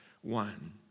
one